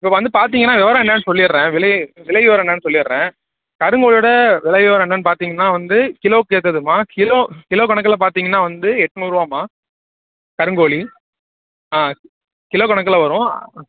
இப்போ வந்து பார்த்தீங்கன்னா விபரம் என்னென்னு சொல்லிடுறேன் விலை விலை விபரம் என்னென்னு சொல்லிடுறேன் கருங்கோழியோட விலை விபரம் என்னென்னு பார்த்தீங்கன்னா வந்து கிலோவுக்கு ஏற்றதும்மா கிலோ கிலோ கணக்கில் பார்த்தீங்கன்னா வந்து எட்நூறுரூவாம்மா கருங்கோழி ஆ கிலோ கணக்கில் வரும்